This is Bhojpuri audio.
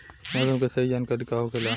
मौसम के सही जानकारी का होखेला?